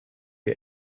wir